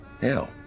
Hell